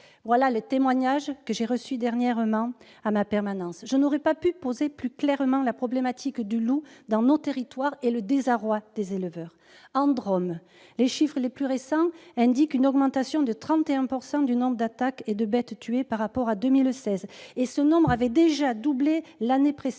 le témoignage que j'ai reçu dernièrement à ma permanence. Je n'aurais pas pu poser plus clairement la problématique du loup dans nos territoires et exprimer de façon plus éloquente le désarroi des éleveurs. En Drôme, les chiffres les plus récents indiquent une augmentation de 31 % du nombre d'attaques et de bêtes tuées par rapport à 2016, après un doublement l'année précédente